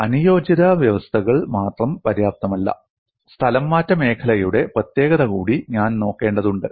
അനുയോജ്യത വ്യവസ്ഥകൾ മാത്രം പര്യാപ്തമല്ല സ്ഥലംമാറ്റ മേഖലയുടെ പ്രത്യേകത കൂടി ഞാൻ നോക്കേണ്ടതുണ്ട്